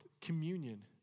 communion